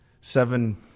seven